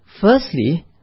firstly